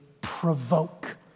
provoke